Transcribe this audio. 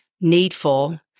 needful